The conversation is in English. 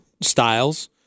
styles